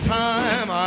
time